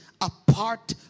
apart